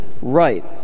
right